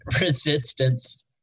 resistance